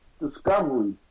Discovery